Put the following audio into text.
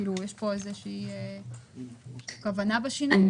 יש פה כוונה בשינוי?